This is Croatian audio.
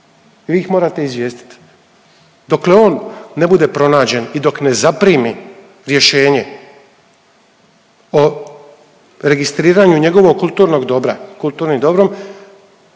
i vi ih morate izvijestit. Dokle on ne bude pronađen i dok ne zaprimi rješenje o registriranju njegovog kulturnog dobra, kulturnim dobrom